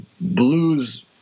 blues